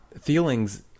feelings